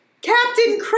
Captain